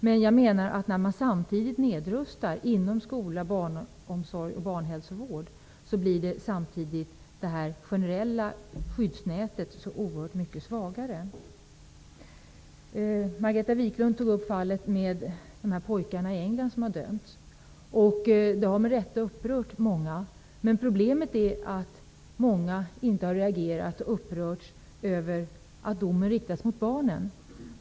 Men jag menar att samtidigt som man nedrustar inom skola, barnomsorg och barnhälsovård blir det generella skyddsnätet så oerhört mycket svagare. Margareta Viklund tog upp fallet med de båda pojkarna som har dömts i England. Det har med rätta upprört många. Men problemet är att många inte har reagerat och upprörts över att domen riktas mot barnen.